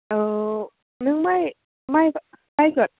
औ नों माइ बायगोन